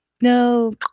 no